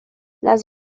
las